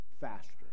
faster